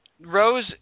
Rose